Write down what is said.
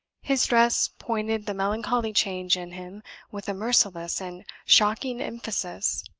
his dress pointed the melancholy change in him with a merciless and shocking emphasis.